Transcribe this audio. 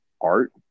art